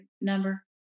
number